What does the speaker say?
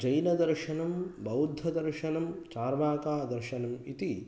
जैनदर्शनं बौद्धदर्शनं चार्वाकदर्शनम् इति